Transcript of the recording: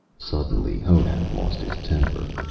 suddenly, honath lost his temper.